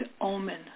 omen